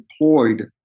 deployed